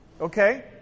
Okay